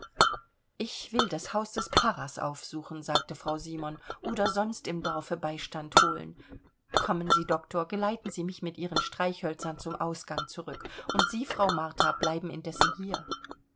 ich will das haus des pfarrers aufsuchen sagte frau simon oder sonst im dorfe beistand holen kommen sie doktor geleiten sie mich mit ihren streichhölzern zum ausgang zurück und sie frau martha bleiben indessen hier